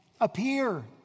appear